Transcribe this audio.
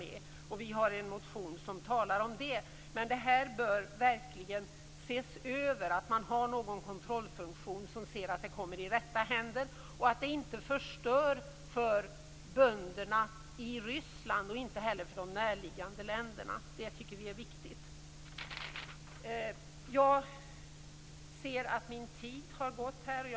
Vi har väckt en motion om detta, men det bör verkligen ses över. Det bör finnas en kontrollfunktion som ser till att hjälpen kommer i rätta händer och att det inte förstör för bönderna i Ryssland och i de närliggande länderna. Det är viktigt. Jag ser att min taletid är slut.